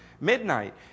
midnight